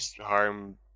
harm